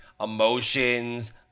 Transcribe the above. emotions